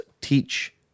teach